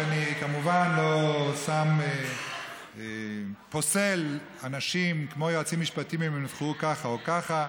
ואני כמובן לא פוסל אנשים כמו יועצים משפטיים אם הם נבחרו ככה או ככה.